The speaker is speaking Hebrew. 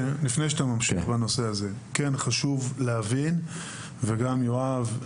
חשוב להבין וגם יואב,